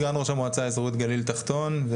סגן ראש המועצה האזורית גליל תחתון,